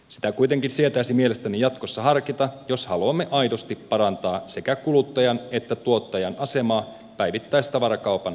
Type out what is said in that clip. sitä kuitenkin sietäisi mielestäni jatkossa harkita jos haluamme aidosti parantaa sekä kuluttajan että tuottajan asemaa päivittäistavarakaupan arvoketjussa